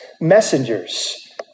messengers